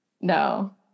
No